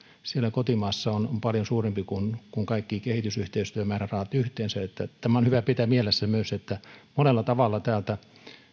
siellä kotimaassa on paljon suurempi kuin kaikki kehitysyhteistyömäärärahat yhteensä tämä on hyvä pitää mielessä myös että monella tavalla täältä